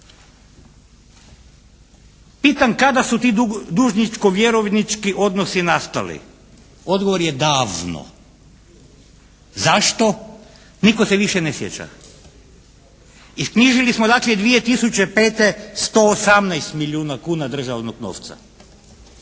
Pitam, kad su ti dužničko vjerovnički odnosi nastali? Odgovor je, davno. Zašto? Nitko se više ne sjeća. Isknjižili smo dakle 2005. 118 milijuna kuna državnog novca.